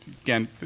again